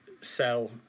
sell